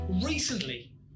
Recently